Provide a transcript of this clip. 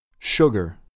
Sugar